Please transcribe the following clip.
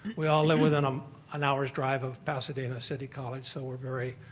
we all live within um an hour drive of pasadena city college so we're very,